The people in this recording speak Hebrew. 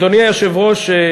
אדוני היושב-ראש,